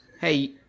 Hey